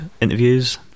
interviews